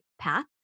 path